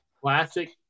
Classic